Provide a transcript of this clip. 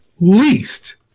least